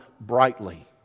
brightly